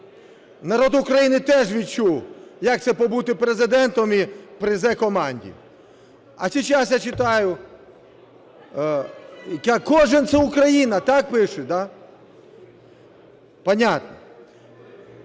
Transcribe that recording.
Народ України теж відчув, як це побути президентом при Зе-команді. А сейчас я читаю: "Кожен – це Україна". Так пишуть, да? Понятно.